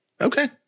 Okay